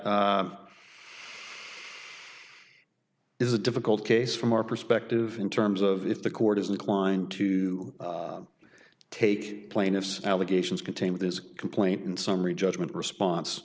is a difficult case from our perspective in terms of if the court is inclined to take plaintiff's allegations contained this complaint in summary judgment response